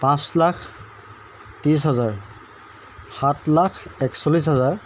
পাঁচ লাখ ত্ৰিছ হাজাৰ সাত লাখ একচল্লিছ হাজাৰ